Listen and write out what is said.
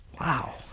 Wow